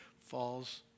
falls